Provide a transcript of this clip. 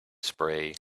spray